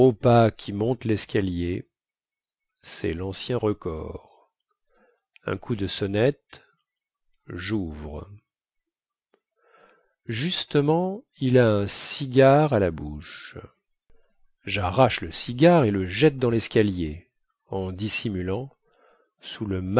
qui monte lescalier cest lancien recors un coup de sonnette jouvre justement il a un cigare à la bouche jarrache le cigare et le jette dans lescalier en dissimulant sous le